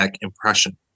impression